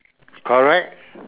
correct